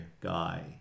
guy